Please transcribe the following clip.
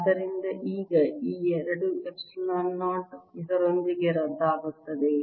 ಆದ್ದರಿಂದ ಈಗ ಈ 2 ಎಪ್ಸಿಲಾನ್ 0 ಇದರೊಂದಿಗೆ ರದ್ದಾಗುತ್ತದೆ